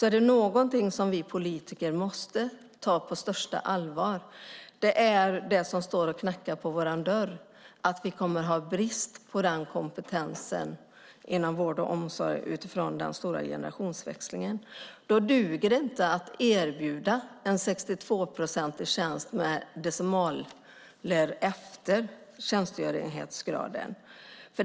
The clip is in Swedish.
Är det något som vi politiker måste ta på största allvar så är det att vi kommer att ha brist på kompetens inom vård och omsorg inför den stora generationsväxlingen. Då duger det inte att erbjuda en tjänst på 62 procent.